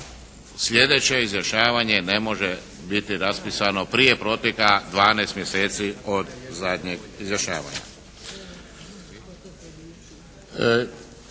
slijedeće izjašnjavanje ne može biti raspisano prije proteka 12 mjeseci od zadnjeg izjašnjavanja.